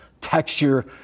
texture